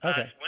Okay